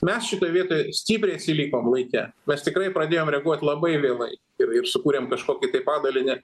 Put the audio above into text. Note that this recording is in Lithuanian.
mes šitoj vietoj stipriai atsilikom laike mes tikrai pradėjom reaguot labai vėlai ir ir sukūrėm kažkokį tai padalinį